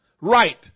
right